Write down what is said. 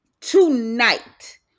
Tonight